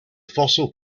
fossil